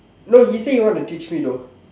no he say he want to teach me though